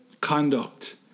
conduct